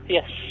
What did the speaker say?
Yes